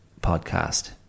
podcast